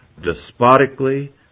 despotically